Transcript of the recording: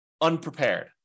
unprepared